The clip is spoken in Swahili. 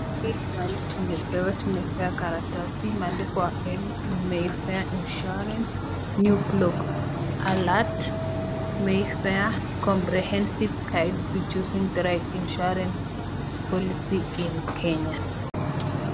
Hii ni mahali tumeweza tumepewa karatasi imeandikwa M Mayfair Insurance, New blog alert, Mayfair comprehensive guide to choosing the right insurance policy in Kenya.